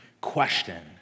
question